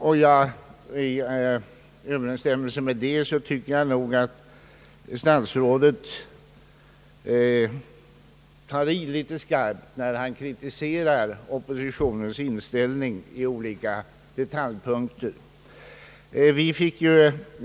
I överensstämmelse med detta tycker jag nog att statsrådet tar i litet skarpt när han kritiserar oppositionens inställning i olika detaljpunkter.